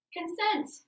Consent